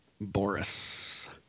Boris